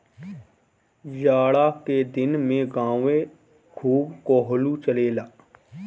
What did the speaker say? जाड़ा के दिन में गांवे खूब कोल्हू चलेला